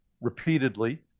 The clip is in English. repeatedly